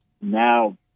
now